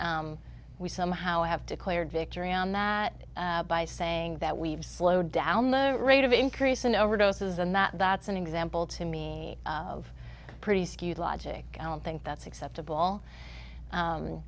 we somehow have to clear victory on that by saying that we've slowed down the rate of increase in overdoses and that that's an example to me of pretty skewed logic i don't think that's acceptable